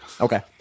Okay